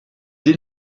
dès